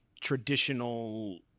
traditional